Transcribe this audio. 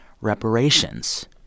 reparations